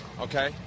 okay